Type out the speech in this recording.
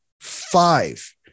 Five